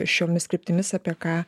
šiomis kryptimis apie ką